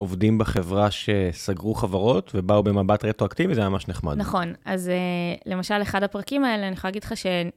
עובדים בחברה שסגרו חברות ובאו במבט רטרואקטיבי, זה ממש נחמד. נכון, אז למשל אחד הפרקים האלה, אני יכולה להגיד לך ש...